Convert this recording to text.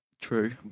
true